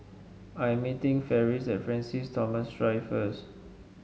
I'm meeting Ferris at Francis Thomas Drive first